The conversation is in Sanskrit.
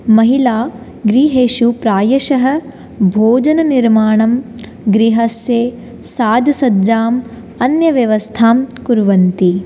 महिलाः गृहेषु प्रायशः भोजननिर्माणं गृहस्य साजसज्जाम् अन्यव्यवस्थां कुर्वन्ति